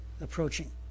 approaching